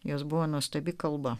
jos buvo nuostabi kalba